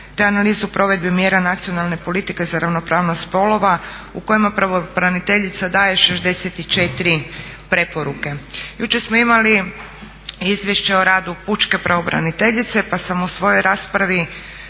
te analizu provedbe mjera nacionalne politike za ravnopravnost spolova u kojima pravobraniteljica daje 64 preporuke. Jučer smo imali Izvješće o radu pučke pravobraniteljice, pa sam u svojoj raspravi